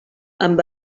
amb